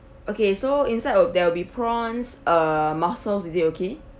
okay so inside of there'll be prawns uh mussels is it okay